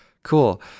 Cool